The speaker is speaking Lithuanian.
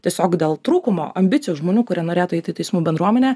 tiesiog dėl trūkumo ambicijų žmonių kurie norėtų eiti į teismų bendruomenę